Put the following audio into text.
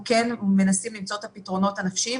אנחנו כן מנסים למצוא את הפתרונות הנפשיים,